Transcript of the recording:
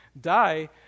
die